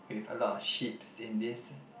with a lot of sheeps in this